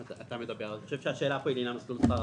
אני חושב שהשאלה פה היא לעניין מסלול שכר עבודה.